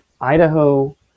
Idaho